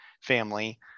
family